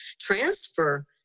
transfer